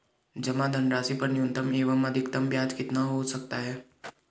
जमा धनराशि पर न्यूनतम एवं अधिकतम ब्याज कितना हो सकता है?